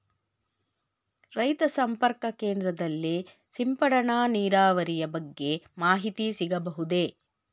ರೈತ ಸಂಪರ್ಕ ಕೇಂದ್ರದಲ್ಲಿ ಸಿಂಪಡಣಾ ನೀರಾವರಿಯ ಬಗ್ಗೆ ಮಾಹಿತಿ ಸಿಗಬಹುದೇ?